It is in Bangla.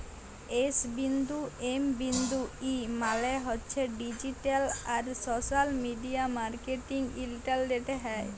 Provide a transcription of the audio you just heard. এস বিন্দু এম বিন্দু ই মালে হছে ডিজিট্যাল আর সশ্যাল মিডিয়া মার্কেটিং ইলটারলেটে হ্যয়